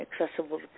accessible